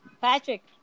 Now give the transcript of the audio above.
Patrick